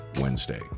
Wednesday